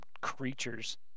creatures